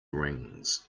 rings